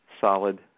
solid